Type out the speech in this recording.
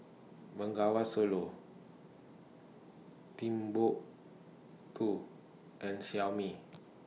Bengawan Solo Timbuk two and Xiaomi